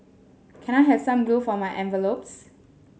can I have some glue for my envelopes